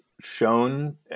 shown